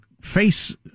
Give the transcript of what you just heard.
face